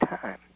time